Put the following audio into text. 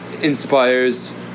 inspires